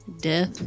death